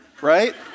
right